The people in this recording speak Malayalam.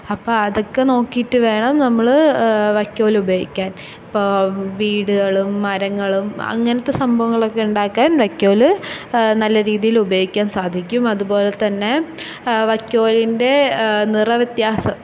അപ്പോള് അതൊക്കെ നോക്കിയിട്ട് വേണം നമ്മള് വൈക്കോല് ഉപയോഗിക്കാൻ ഇപ്പോള് വീടുകളും മരങ്ങളും അങ്ങനത്തെ സംഭവങ്ങളൊക്കെ ഉണ്ടാക്കാൻ വൈക്കോല് നല്ല രീതിയില് ഉപയോഗിക്കാൻ സാധിക്കും അതുപോലെത്തന്നെ വൈക്കോലിൻ്റെ നിറവ്യത്യാസം